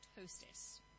hostess